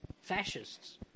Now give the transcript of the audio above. fascists